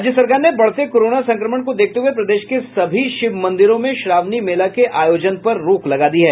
राज्य सरकार ने बढ़ते कोरोना संक्रमण को देखते हुए प्रदेश के सभी शिव मंदिरों में श्रावणी मेला के आयोजन पर रोक लगा दी है